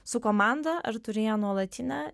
su komanda ar turi ją nuolatinę